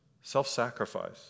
self-sacrifice